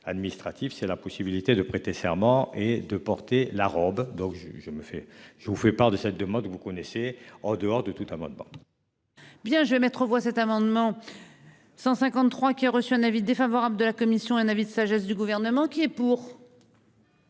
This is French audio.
c'est la possibilité de prêter serment et de porter la robe. Donc je je me fais je vous fais part de cette de mode, vous connaissez en dehors de tout amendement. Bien je vais mettre aux voix cet amendement. 153 qui a reçu un avis défavorable de la commission un avis de sagesse du gouvernement qui est pour.